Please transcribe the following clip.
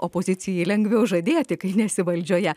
opozicijai lengviau žadėti kai nesi valdžioje